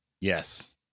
Yes